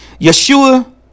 Yeshua